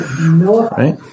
Right